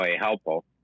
helpful